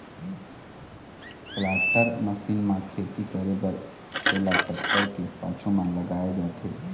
planter machine म खेती करे बर एला टेक्टर के पाछू म लगाए जाथे